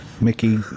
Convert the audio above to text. Mickey